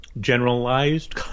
generalized